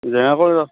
general কলেজত